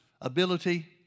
ability